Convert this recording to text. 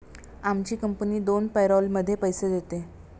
आमची कंपनी दोन पॅरोलमध्ये पैसे देते